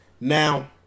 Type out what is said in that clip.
Now